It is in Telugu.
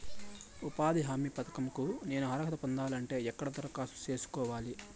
ఉపాధి హామీ పథకం కు నేను అర్హత పొందాలంటే ఎక్కడ దరఖాస్తు సేసుకోవాలి?